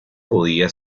podía